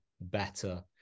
better